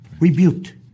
Rebuked